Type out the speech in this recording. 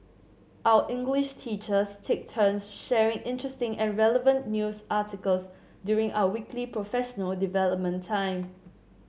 our English teachers take turns sharing interesting and relevant news articles during our weekly professional development time